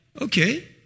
Okay